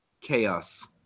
Chaos